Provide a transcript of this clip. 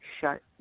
shut